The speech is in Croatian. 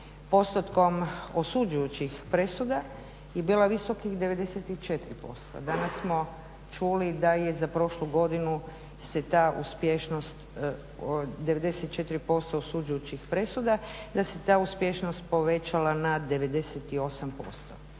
postotkom osuđujućih presuda je bila visokih 94%. Danas smo čuli da je za prošlu godinu se ta uspješnost od 94% osuđujućih presuda, da se ta uspješnost povećala na 98%.